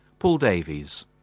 paul davies.